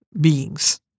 beings